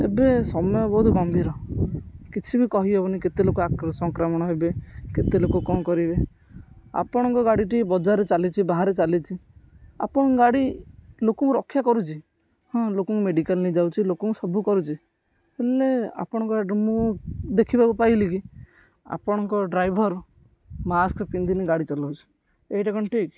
ଏବେ ସମୟ ବହୁତ ଗମ୍ଭୀର କିଛି ବି କହିହବନି କେତେ ଲୋକ ସଂକ୍ରାମଣ ହେବେ କେତେ ଲୋକ କଣ କରିବେ ଆପଣଙ୍କ ଗାଡ଼ିଟି ବଜାରରେ ଚାଲିଛି ବାହାରେ ଚାଲିଛି ଆପଣ ଗାଡ଼ି ଲୋକଙ୍କୁ ରକ୍ଷା କରୁଛି ହଁ ଲୋକଙ୍କୁ ମେଡ଼ିକାଲ ନେଇ ଯାଉଛି ଲୋକଙ୍କୁ ସବୁ କରୁଛି ହେଲେ ଆପଣଙ୍କ ଗାଡ଼ିରେ ମୁଁ ଦେଖିବାକୁ ପାଇଲି କି ଆପଣଙ୍କ ଡ୍ରାଇଭର ମାସ୍କ ପିନ୍ଧିନି ଗାଡ଼ି ଚଲଉଛି ଏଇଟା କଣ ଠିକ୍